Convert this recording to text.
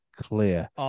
Clear